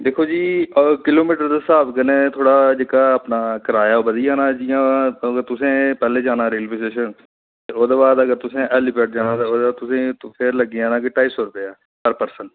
दिक्खो जी अगर किलोमिटर स्हाब कन्नै थुआढ़ा जेह्का अपना किराया बधी जाना ऐ जियां अगर तुसें पैहलें जाना रेलबे स्टेशन ओह्दे बाद अगर तुसें हैलीपैड जाना ते फिर तुसें गी लग्गी जाना कोई ढाई सौ रुपया पर पर्सन